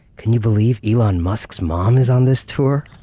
can you believe elon musk's mom is on this tour?